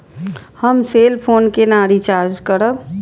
हम cell phone केना recharge करब?